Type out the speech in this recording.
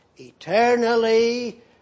eternally